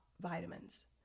vitamins